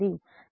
కాబట్టి 0